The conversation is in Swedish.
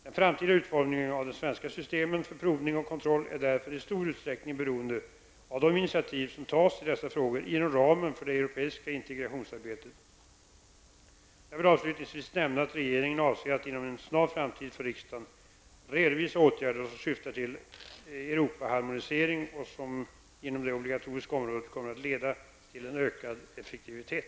Den framtida utformningen av de svenska systemen för provning och kontroll är därför i stor utsträckning beroende av de initiativ som tas i dessa frågor inom ramen för det europeiska integrationsarbetet. Jag vill avslutningsvis nämna att regeringen avser att inom en snar framtid för riksdagen redovisa åtgärder som syftar till en Europaharmonisering och som inom det obligatoriska området kommer leda till ökad effektivitet.